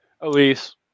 Elise